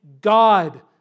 God